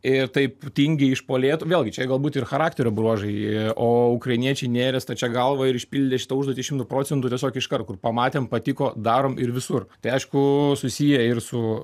ir taip tingiai išpuolė vėlgi čia galbūt ir charakterio bruožai o ukrainiečiai nėrė stačia galva ir išpildė šitą užduotį šimtu procentų tiesiog iškart kur pamatėm patiko darom ir visur tai aišku susiję ir su